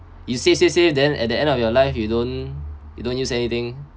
you save save save then at the end of your life you don't you don't use anything